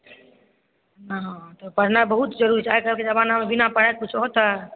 हँ तऽ पढ़नाइ बहुत जरुरी छै आइकाल्हिके जमानामे बिना पढ़ाई लिखाई किछु होतै